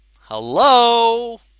Hello